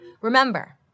Remember